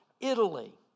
Italy